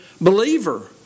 believer